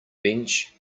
bench